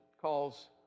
calls